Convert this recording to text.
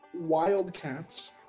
Wildcats